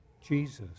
Jesus